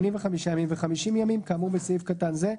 85 ימים ו-50 ימים כאמור בסעיף קטן זה,